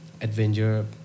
adventure